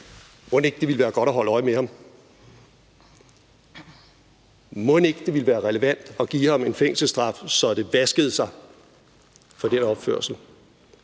så ikke ville være godt at holde øje med ham? Mon ikke det ville være relevant at give ham en fængselsstraf, så det vasker sig, for den opførsel?